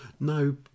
No